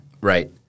Right